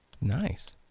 Nice